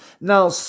Now